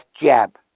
jab